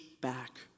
back